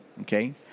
Okay